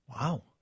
Wow